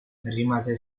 rimase